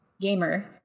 gamer